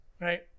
right